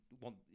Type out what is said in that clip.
want